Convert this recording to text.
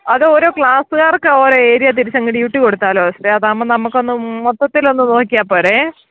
അതോരോ ക്ലാസുകാർക്ക് ഓരോ ഏരിയ തിരിച്ചങ്ങ് ഡ്യൂട്ടി കൊടുത്താലോ സിസ്റ്ററെ അതാകുമ്പോൾ നമുക്കൊന്ന് മൊത്തത്തിലൊന്ന് നോക്കിയാൽ പോരെ